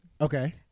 okay